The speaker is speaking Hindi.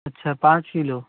अच्छा पाँच किलो